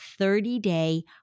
30-day